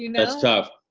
that's tough